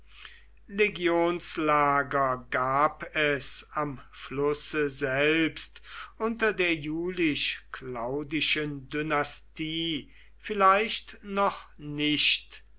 entstanden war legionslager gab es am flusse selbst unter der julisch claudischen dynastie vielleicht noch nicht